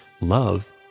love